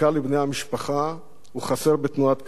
הוא חסר בתנועת קדימה ובכנסת ישראל.